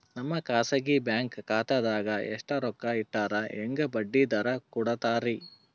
ನಮ್ಮ ಖಾಸಗಿ ಬ್ಯಾಂಕ್ ಖಾತಾದಾಗ ಎಷ್ಟ ರೊಕ್ಕ ಇಟ್ಟರ ಹೆಂಗ ಬಡ್ಡಿ ದರ ಕೂಡತಾರಿ?